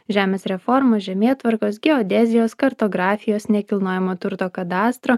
žemės reformos žemėtvarkos geodezijos kartografijos nekilnojamo turto kadastro